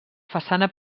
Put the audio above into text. façana